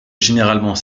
généralement